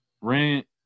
rent